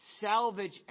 Salvage